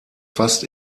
fast